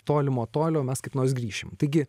tolimo tolio mes kaip nors grįšim taigi